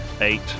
Eight